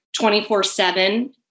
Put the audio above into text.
24-7